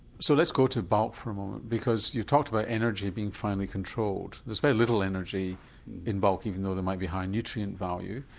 so let's go to bulk for a moment because you talked about energy being finely controlled, there's very little energy in bulk even though they might be high in and nutrient value.